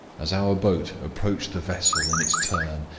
as our boat approached the vessel in its turn,